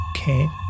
Okay